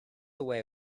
away